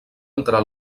entrar